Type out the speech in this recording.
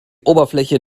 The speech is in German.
oberfläche